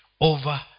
over